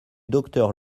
docteur